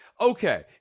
okay